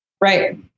Right